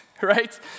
right